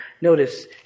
Notice